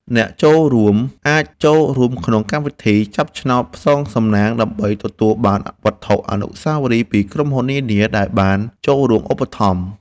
អ្នកចូលរួមអាចចូលរួមក្នុងកម្មវិធីចាប់ឆ្នោតផ្សងសំណាង ដើម្បីទទួលបានវត្ថុអនុស្សាវរីយ៍ពីក្រុមហ៊ុននានាដែលបានចូលរួមឧបត្ថម្ភ។